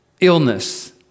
illness